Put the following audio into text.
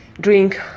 drink